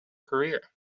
career